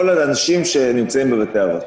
כל האנשים שנמצאים בבתי האבות.